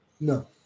No